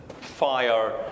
fire